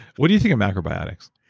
what do you think of macrobiotics?